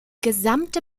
gesamte